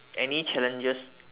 any challenges